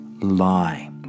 lie